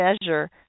measure